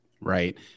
Right